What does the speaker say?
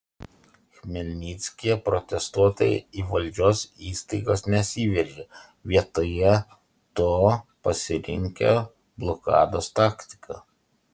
chmelnickyje protestuotojai į valdžios įstaigas nesiveržė vietoje to pasirinkę blokados taktiką